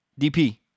DP